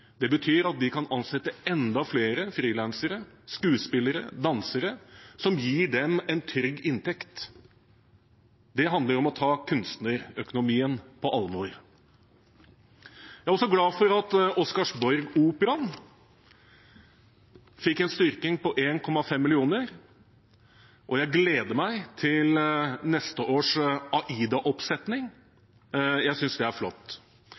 Det betyr at de kan ansette enda flere frilansere – skuespillere, dansere – som gir dem en trygg inntekt. Det handler om å ta kunstnerøkonomien på alvor. Jeg er også glad for at OscarsborgOperaen fikk en styrking på 1,5 mill. kr, og jeg gleder meg til neste års Aida-oppsetning. Jeg synes det er flott.